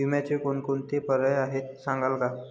विम्याचे कोणकोणते पर्याय आहेत सांगाल का?